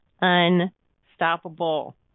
unstoppable